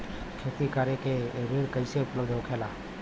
खेती करे के ऋण कैसे उपलब्ध होखेला?